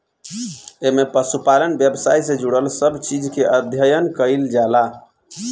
एमे पशुपालन व्यवसाय से जुड़ल सब चीज के अध्ययन कईल जाला